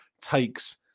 takes